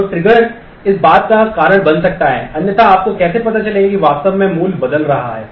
तो ट्रिगर इस बात का कारण बन सकता है अन्यथा आपको कैसे पता चलेगा कि वास्तव में क्या मूल्य बदल रहा है